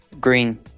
Green